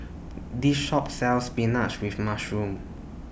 This Shop sells Spinach with Mushroom